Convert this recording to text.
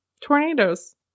tornadoes